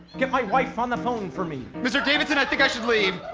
get my wife on the phone for me. mr. davidson, i think i should leave.